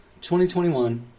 2021